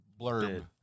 blurb